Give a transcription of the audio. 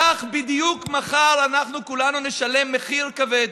כך בדיוק מחר אנחנו כולנו נשלם מחיר כבד.